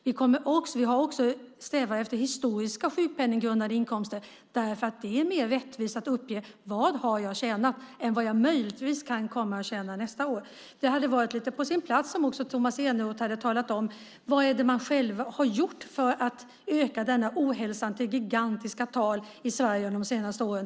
Vi strävar också efter historiska sjukpenninggrundande inkomster, därför att det är mer rättvist att uppge vad man har tjänat än att uppge vad man möjligtvis kan komma att tjäna nästa år. Det hade varit på sin plats om Tomas Eneroth också hade talat om vad man själv har gjort för att öka denna ohälsa till gigantiska tal i Sverige under de senaste åren.